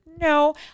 no